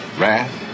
wrath